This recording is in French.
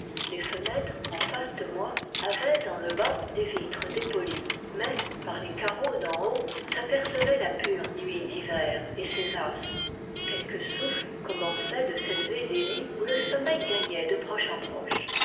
les fenêtres en face de moi avaient dans le bas des vitres dépolies mais par les carreaux du haut s'apercevait la pure nuit d'hiver et ses astres quelques souffles commençaient de s'élever des lits où le sommeil gagnait de proche en proche